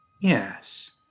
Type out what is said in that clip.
yes